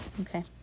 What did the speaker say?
Okay